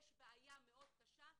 יש בעיה מאוד קשה,